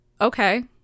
okay